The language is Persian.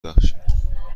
بخشیم